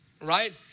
right